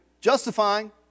Justifying